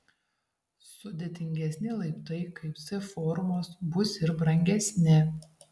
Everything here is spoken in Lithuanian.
sudėtingesni laiptai kaip c formos bus ir brangesni